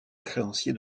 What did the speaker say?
créanciers